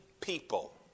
people